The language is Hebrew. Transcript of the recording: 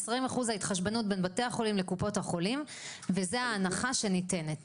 ה-20% זו ההתחשבנות בין בתי החולים לקופות החולים וזו ההנחה שניתנת,